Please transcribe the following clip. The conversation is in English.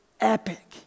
epic